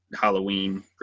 Halloween